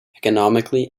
economically